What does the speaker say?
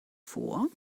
vor